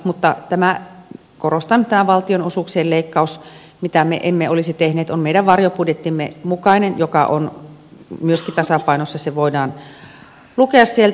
mutta korostan että se että me emme olisi tehneet tätä valtionosuuksien leikkausta on meidän varjobudjettimme mukainen ja se on myöskin tasapainossa se voidaan lukea sieltä